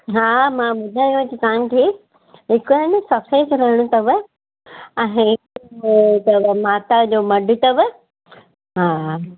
हा मां ॿुधायांव थी तव्हांखे हिकु आहिनि सफ़ेद रणु अथव ऐं हिकिड़ो अथव माता जो मढ अथव हा